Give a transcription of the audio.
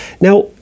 Now